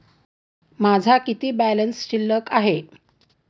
माझा किती बॅलन्स शिल्लक आहे?